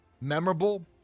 memorable